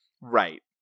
Right